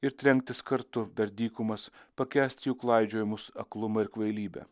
ir trenktis kartu per dykumas pakęsti jų klaidžiojimus aklumą ir kvailybę